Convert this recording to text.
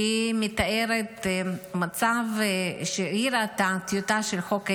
שמתארת מצב שהיא ראתה, טיוטה של חוק ההסדרים,